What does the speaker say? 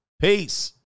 Peace